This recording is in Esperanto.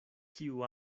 kiu